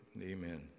Amen